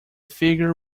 figure